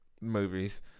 movies